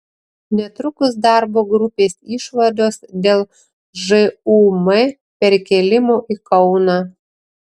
netrukus darbo grupės išvados dėl žūm perkėlimo į kauną